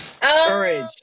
Courage